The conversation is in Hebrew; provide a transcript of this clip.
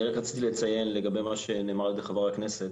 רק רציתי לציין לגבי מה שנאמר על ידי חבר הכנסת: